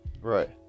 Right